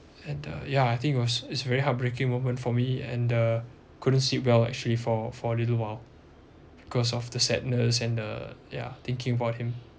and the ya I think it was it's very heartbreaking moment for me and the couldn't sit well actually for for a little while because of the sadness and the yeah thinking about him